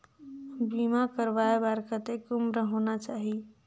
बीमा करवाय बार कतेक उम्र होना चाही?